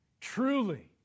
truly